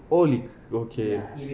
holy c~ okay